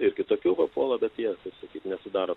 ir kitokių papuola bet jie kaip sakyt nesudaro